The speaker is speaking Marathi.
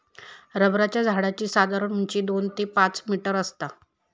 रबराच्या झाडाची साधारण उंची दोन ते पाच मीटर आसता